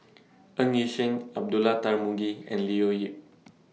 Ng Yi Sheng Abdullah Tarmugi and Leo Yip